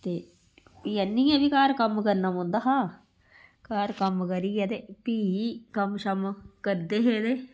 ते फ्ही आह्नियै बी घर कम्म करना पौंदा हा घर कम्म करियै ते फ्ही कम्म शम्म करदे हे ते